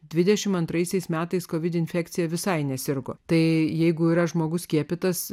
dvidešim antraisiais metais kovid infekcija visai nesirgo tai jeigu yra žmogus skiepytas